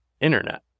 internet